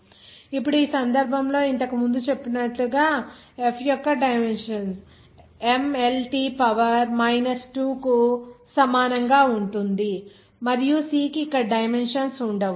F Cm ar bvcDde e ఇప్పుడు ఈ సందర్భంలో ఇంతక ముందే చెప్పుకున్నట్లు గా F యొక్క dimension M L T power 2 కు సమానంగా ఉంటుంది మరియు c కి ఇక్కడ డైమెన్షన్స్ ఉండవు